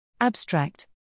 Abstract